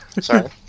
Sorry